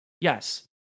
yes